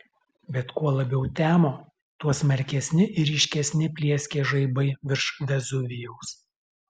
bet kuo labiau temo tuo smarkesni ir ryškesni plieskė žaibai virš vezuvijaus